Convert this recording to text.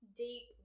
deep